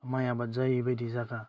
माइ आबाद जायैबादि जायगा